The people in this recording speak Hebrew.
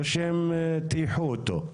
או שהם טייחו אותו.